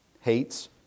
hates